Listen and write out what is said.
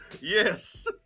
Yes